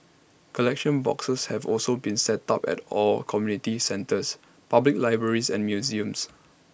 collection boxes have also been set up at all community centres public libraries and museums